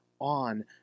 on